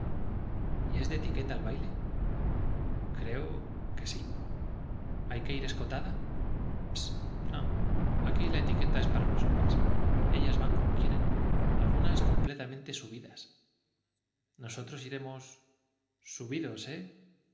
y es de etiqueta el baile creo que sí hay que ir escotada ps no aquí la etiqueta es para los hombres ellas van como quieren algunas completamente subidas nosotros iremos subidos eh